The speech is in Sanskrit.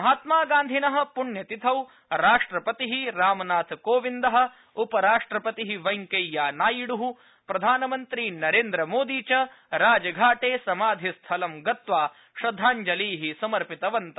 महात्मागान्धिन पुण्यतिथौ राष्ट्रपति रामनाथ कोविन्द उपराष्ट्रपति वेंकैय्या नायडू प्रधानमन्त्री नरेन्द्रमोदी च राजघाटे समाधि स्थलं गत्वा श्रद्धाञ्जली समर्पितवन्त